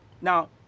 Now